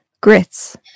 Grits